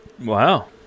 Wow